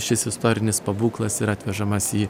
šis istorinis pabūklas yra atvežamas į